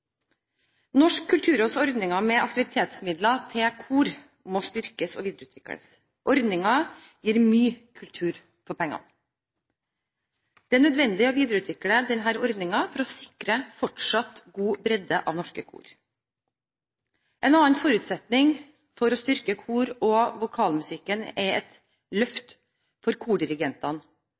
Norsk kulturråds ordninger med aktivitetsmidler til kor må styrkes og videreutvikles. Ordningen gir mye kultur for pengene. Det er nødvendig å videreutvikle denne ordningen for å sikre fortsatt god bredde av norske kor. En annen forutsetning for å styrke kor- og vokalmusikken er et løft for kordirigentene.